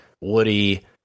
Woody